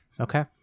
Okay